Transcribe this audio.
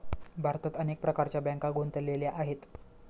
भारतात अनेक प्रकारच्या बँका गुंतलेल्या आहेत